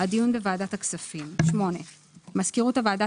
הדיון בוועדת הכספים 8. מזכירות הוועדה